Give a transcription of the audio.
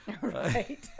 Right